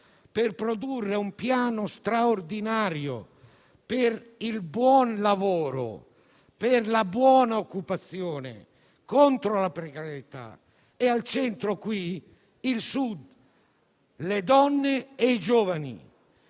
per produrre un piano straordinario per il buon lavoro, la buona occupazione e contro la precarietà. Al centro ci devono essere il Sud, le donne e i giovani.